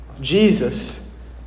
Jesus